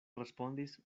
respondis